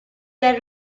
their